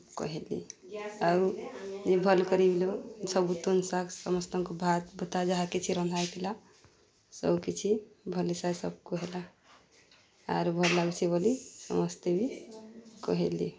କହେଲେ ଆଉ ଯେ ଭଲ୍ କରିି ବି ସବୁ ତୁନ୍ ଶାଗ୍ ସମସ୍ତଙ୍କୁ ଭାତ୍ ଭୁତା ଯାହା କିଛି ରନ୍ଧା ହେଇଥିଲା ସବୁ କିିଛି ଭଲ୍ ହିସାବେ ସବ୍କୁ ହେଲା ଆରୁ ଭଲ୍ ଲାଗୁଛେ ବୋଲି ସମସ୍ତେ ବି କହେଲେ